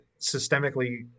systemically